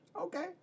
Okay